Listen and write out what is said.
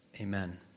Amen